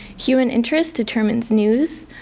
human interest determines news.